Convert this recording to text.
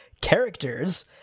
characters